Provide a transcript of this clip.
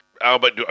Albert